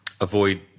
avoid